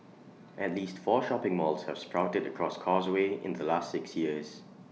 at least four shopping malls have sprouted across causeway in the last six years